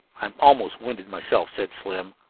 i'm almost winded myself, said slim.